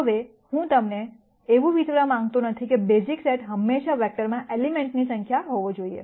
હવે હું તમને એવું વિચારવા માંગતો નથી કે બેઝિક સેટ હંમેશા વેક્ટરમાં એલિમેન્ટ્સની સંખ્યા હોવો જોઈએ